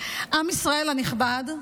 ישראל הנכבד,